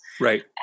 Right